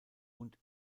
und